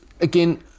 again